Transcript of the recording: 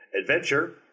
Adventure